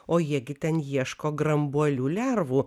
o jie gi ten ieško grambuolių lervų